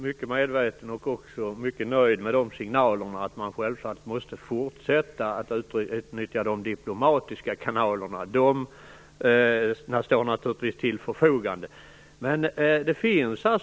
Herr talman! Jag är mycket medveten om att man måste fortsätta att utnyttja de diplomatiska kanalerna, som naturligtvis står till förfogande, och jag är också nöjd med detta.